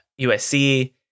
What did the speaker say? USC